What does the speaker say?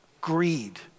greed